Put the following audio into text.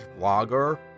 vlogger